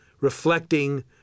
reflecting